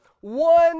one